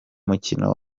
mukino